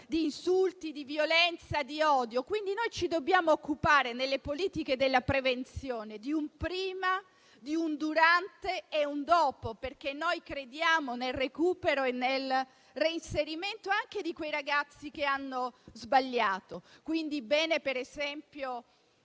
di insulti, di violenza e di odio. Noi ci dobbiamo occupare, nelle politiche della prevenzione, di un prima, di un durante e di un dopo, perché noi crediamo nel recupero e nel reinserimento anche di quei ragazzi che hanno sbagliato. Quindi, bene, per esempio,